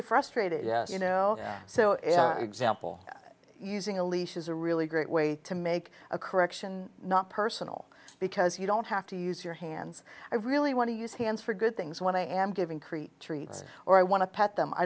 get frustrated you know so an example using a leash is a really great way to make a correction not personal because you don't have to use your hands i really want to use hands for good things when i am giving create treats or i want to pet them i